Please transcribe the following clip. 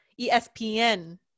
ESPN